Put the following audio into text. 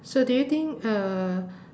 so do you think uh